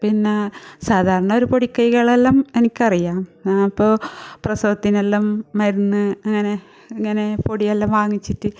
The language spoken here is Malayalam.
പിന്നെ സാധാരണ ഒരു പൊടി കൈകളെല്ലാം എനിക്കറിയാം ഞാൻ അപ്പോൾ പ്രസവത്തിനെല്ലാം മരുന്ന് ഇങ്ങനെ ഇങ്ങനെ പൊടിയെല്ലാം വാങ്ങിച്ചിട്ട്